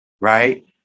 right